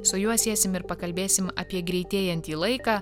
su juo sėsim ir pakalbėsim apie greitėjantį laiką